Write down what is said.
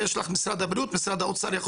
יש לך את משרד הבריאות משרד האוצר יכול